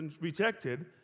rejected